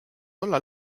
olla